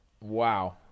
wow